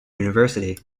university